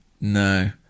No